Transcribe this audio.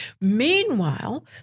Meanwhile